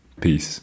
Peace